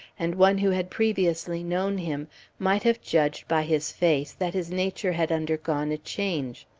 and one who had previously known him might have judged by his face that his nature had undergone a change.